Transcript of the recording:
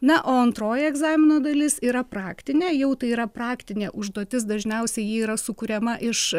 na o antroji egzamino dalis yra praktinė jau tai yra praktinė užduotis dažniausiai ji yra sukuriama iš